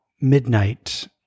midnight